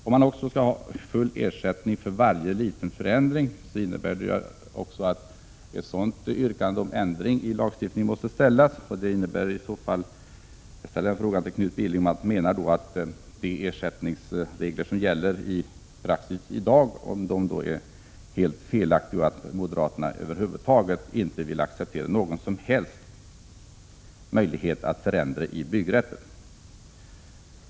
Om man skall ha full ersättning för varje liten förändring måste yrkande om ändring i lagstiftningen ställas. Menar moderaterna alltså, Knut Billing, att de ersättningsregler som gäller i dag är helt felaktiga och att moderaterna över huvud taget inte vill acceptera någon möjlighet att förändra i byggrätten?